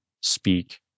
speak